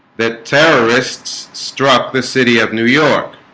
that terrorists struck the city of new york